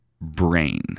brain